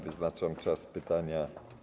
Wyznaczam czas pytania.